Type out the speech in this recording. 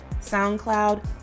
SoundCloud